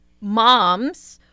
moms